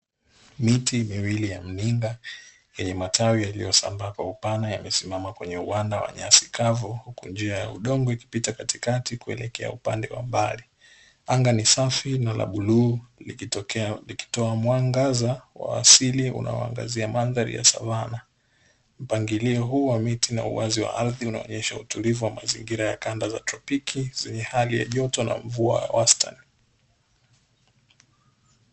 Miti miwili ya mninga yenye matawi yaliyosambaa kwa upana yamesimama kwenye uwanda wa nyasi kavu huku njia ya udongo ikipita katikati kuelekea upande wa mbali, anga ni safi na la buluu likitoa mwangaza wa asili unaoangazia mandhari ya savana, mpangilio huu wa miti na uwazi wa ardhi unaonyesha utulivu wa mazingira ya kanda za tropiki zenye hali ya joto na mvua wastani.